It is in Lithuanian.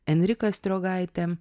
enrika striogaitė